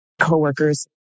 coworkers